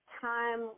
time